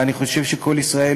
ואני חושב ש"קול ישראל"